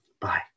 Bye